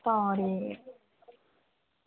तां ठीक ऐ